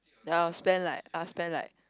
then I'll spend like I'll spend like